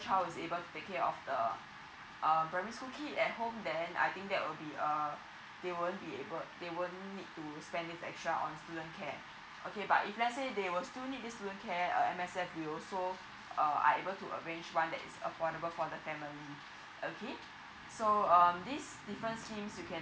child is able to take care of the uh primary school kid at home then I think that would be uh they won't be able they won't need to spend it extra on student care okay but if let's say they will still need this student care uh M_S_F we also uh are able to arrange one that is affordable for the family okay so um this different scheme you can